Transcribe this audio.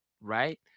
Right